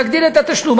להגדיל את התשלום.